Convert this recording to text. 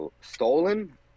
Stolen